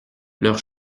leurs